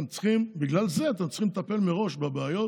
בגלל זה אתם צריכים לטפל מראש בבעיות